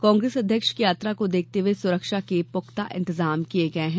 कांग्रेस अध्यक्ष की यात्रा को देखते हए सुरक्षा के पुख्ता इंतजाम किये गये हैं